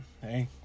Hey